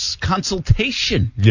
consultation